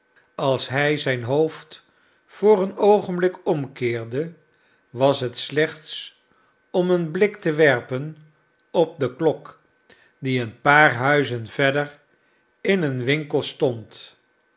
als hij zijn hoofd voor een oogenblik omkeerde was het slechts om een blik te werpen op de klok die een paar huizen verder in een winkel stond